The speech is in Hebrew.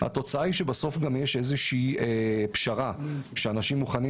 התוצאה היא שבסוף יש פשרה שאנשים מוכנים